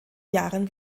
jahren